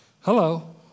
Hello